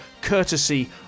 courtesy